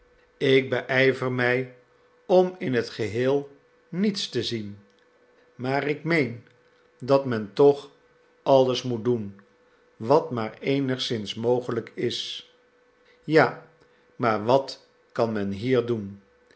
ik beijver mij om in t geheel niets te zien maar ik meen dat men toch alles moet doen wat maar eenigszins mogelijk is ja maar wat kan men hier doen